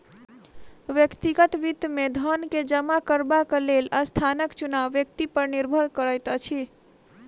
व्यक्तिगत वित्त मे धन के जमा करबाक लेल स्थानक चुनाव व्यक्ति पर निर्भर करैत अछि